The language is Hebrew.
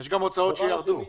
יש גם הוצאות שירדו.